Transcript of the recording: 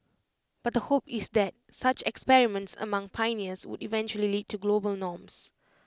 but the hope is that such experiments among pioneers would eventually lead to global norms